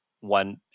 one